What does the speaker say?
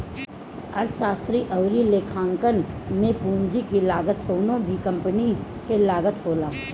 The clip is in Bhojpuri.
अर्थशास्त्र अउरी लेखांकन में पूंजी की लागत कवनो भी कंपनी के लागत होला